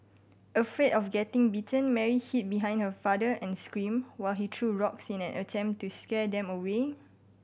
afraid of getting bitten Mary hid behind her father and screamed while he threw rocks in an attempt to scare them away